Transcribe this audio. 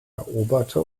eroberte